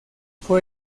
fue